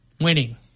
winning